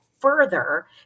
further